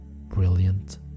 brilliant